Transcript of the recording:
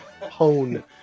hone